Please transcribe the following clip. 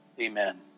Amen